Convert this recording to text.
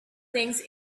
thinks